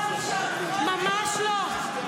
ממש לא.